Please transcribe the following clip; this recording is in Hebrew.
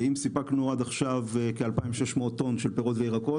אם סיפקנו עד עכשיו כ-2,600 טון של פירות וירקות,